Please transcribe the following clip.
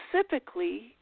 specifically